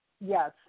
Yes